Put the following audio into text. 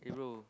eh bro